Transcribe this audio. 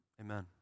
amen